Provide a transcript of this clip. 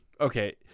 Okay